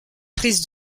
prise